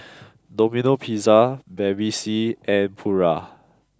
Domino Pizza Bevy C and Pura